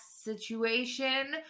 situation